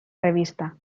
revista